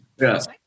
Yes